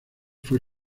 fue